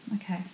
okay